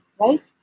right